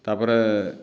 ତା'ପରେ